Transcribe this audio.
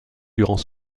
durant